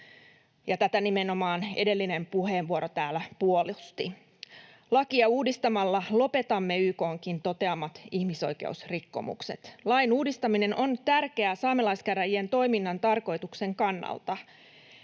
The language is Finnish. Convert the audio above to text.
Tätä nimenomaan edellinen puheenvuoro täällä puolusti. Lakia uudistamalla lopetamme YK:nkin toteamat ihmisoikeusrikkomukset. Lain uudistaminen on tärkeää saamelaiskäräjien toiminnan tarkoituksen kannalta,